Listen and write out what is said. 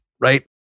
right